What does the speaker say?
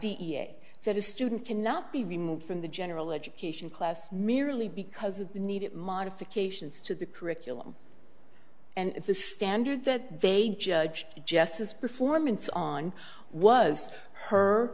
e a that a student cannot be removed from the general education class merely because of the need it modifications to the curriculum and the standard that they judge just as performance on was her